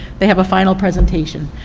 they have a final presentation.